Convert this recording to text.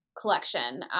collection